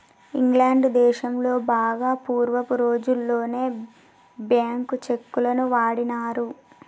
England దేశంలో బాగా పూర్వపు రోజుల్లోనే బ్యేంకు చెక్కులను వాడినారు